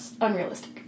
unrealistic